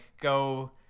go